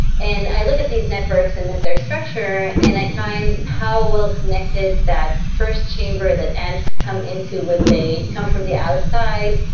and i look at these networks and their structure and i find how well connected that first chamber that ants come into when they come from the outside.